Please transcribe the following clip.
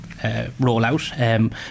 rollout